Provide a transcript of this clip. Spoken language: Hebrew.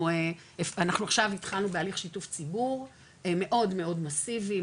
אנחנו עכשיו התחלנו בהליך שיתוף ציבור מאוד מאוד מסיבי,